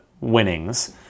winnings